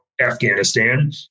Afghanistan